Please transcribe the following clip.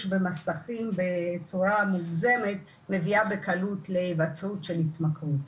במסכים בצורה מוגזמת מביאה בקלות להיווצרות של התמכרות.